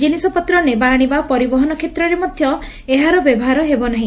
କିନିଷପତ୍ର ନେବା ଆଶିବା ପରିବହନ କ୍ଷେତ୍ରରେ ମଧ୍ଧ ଏହାର ବ୍ୟବହାର ହେବ ନାହି